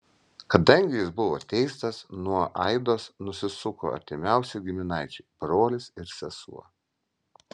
kadangi jis buvo teistas nuo aidos nusisuko artimiausi giminaičiai brolis ir sesuo